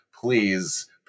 please